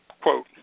Quote